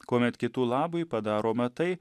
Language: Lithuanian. kuomet kitų labui padaroma tai